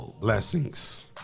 Blessings